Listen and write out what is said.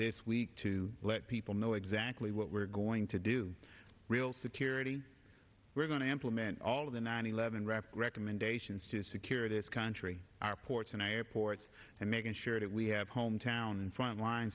this week to let people know exactly what we're going to do real security we're going to implement all of the nine eleven wrap recommendations to secure this country our ports and airports and making sure that we have hometown in front line